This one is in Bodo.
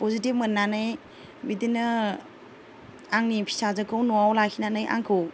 पजिटिभ मोननानै बिदिनो आंनि फिसाजोखौ न'आव लाखिनानै आंखौ